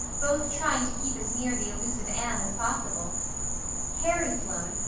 both trying to keep as near the elusive anne as possible carrie sloane,